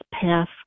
path